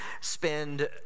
spend